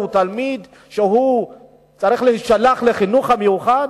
הוא צריך להישלח לחינוך המיוחד?